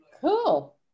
cool